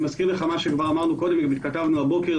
אני מזכיר לך מה שכבר אמרנו קודם וגם התכתבנו הבוקר,